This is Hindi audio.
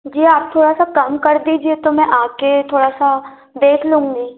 जी आप थोड़ा सा कम कर दीजिए तो मैं आके थोड़ा सा देख लूँगी